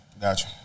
Gotcha